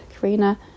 Karina